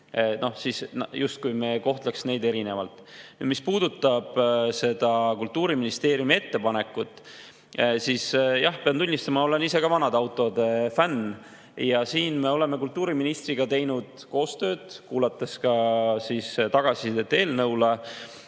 ei tohiks kohelda neid erinevalt. Mis puudutab Kultuuriministeeriumi ettepanekut, siis jah, pean tunnistama, et olen ise ka vanade autode fänn ja siin me oleme kultuuriministriga teinud koostööd, kuulates ka tagasisidet eelnõu